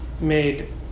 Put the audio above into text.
made